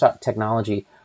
technology